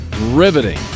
riveting